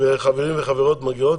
וחברים וחברות מגיעים?